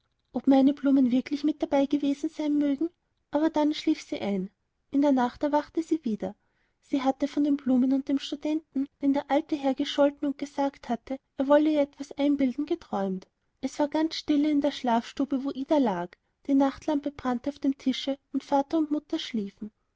ob meine blumen wirklich mit dabei gewesen sein mögen aber dann schlief sie ein in der nacht erwachte sie wieder sie hatte von den blumen und dem studenten den der alte herr gescholten und gesagt hatte er wolle ihr etwas einbilden geträumt es war ganz stille in der schlafstube wo ida lag die nachtlampe brannte auf dem tische und vater und mutter schliefen